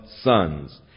sons